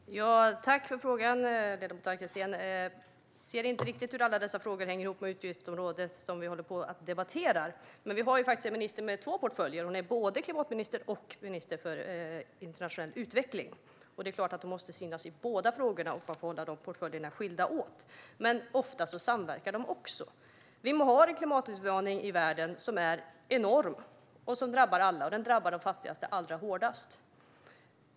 Herr talman! Tack för frågan, ledamot Arkelsten! Jag ser inte riktigt hur alla dessa frågor hänger ihop på det utgiftsområde som vi nu debatterar. Men vi har faktiskt en minister med två portföljer. Hon är både klimatminister och minister för internationell utveckling, och det är klart att hon måste synas i båda frågorna och hålla portföljerna skilda åt, men ofta samverkar de också. Vi har en klimatutmaning i världen som är enorm och som drabbar alla, och den drabbar de fattigaste allra hårdast.